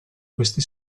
questi